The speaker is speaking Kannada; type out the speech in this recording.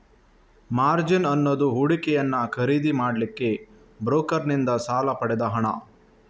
ಮಾರ್ಜಿನ್ ಅನ್ನುದು ಹೂಡಿಕೆಯನ್ನ ಖರೀದಿ ಮಾಡ್ಲಿಕ್ಕೆ ಬ್ರೋಕರನ್ನಿಂದ ಸಾಲ ಪಡೆದ ಹಣ